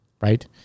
right